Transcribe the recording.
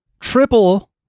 triple